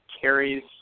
carries